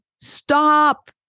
stop